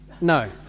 No